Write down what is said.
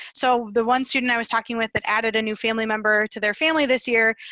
so the one student i was talking with that added a new family member to their family this year,